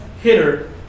hitter